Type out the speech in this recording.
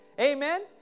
Amen